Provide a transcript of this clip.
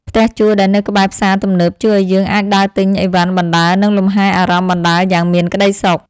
ផ្ទះជួលដែលនៅក្បែរផ្សារទំនើបជួយឱ្យយើងអាចដើរទិញអីវ៉ាន់បណ្តើរនិងលំហែអារម្មណ៍បណ្តើរយ៉ាងមានក្តីសុខ។